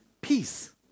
peace